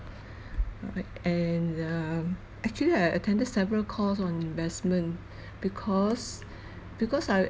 and uh actually I attended several course on investment because because I